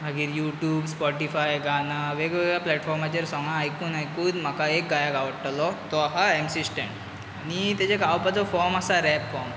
मागीर YouTube Spotify गाना वेगवेगळ्या प्लेटफोर्माचेर सोंगां आयकून आयकून म्हाका एक गायक आवडटालो तो आहा एम सी स्टॅन आनी तेचे गावपाचो फोर्म आसा रॅप फोर्म